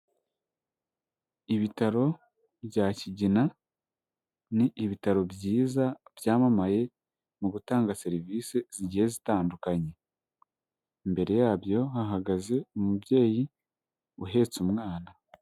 Ibitaro bya kigina ni ibitaro byiza byamamaye mu gutanga serivisi zigiye zitandukanye, imbere yabyo hahagaze umubyeyi uhetse umwana.